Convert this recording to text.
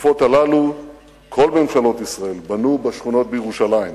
בתקופות הללו כל ממשלות ישראל בנו בשכונות בירושלים: